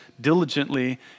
diligently